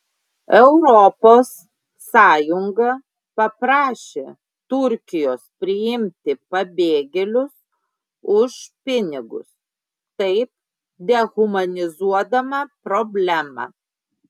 europos sąjunga paprašė turkijos priimti pabėgėlius už pinigus taip dehumanizuodama problemą